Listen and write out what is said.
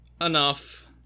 enough